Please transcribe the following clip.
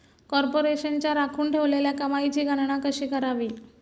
कॉर्पोरेशनच्या राखून ठेवलेल्या कमाईची गणना कशी करावी